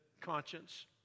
conscience